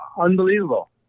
unbelievable